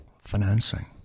Financing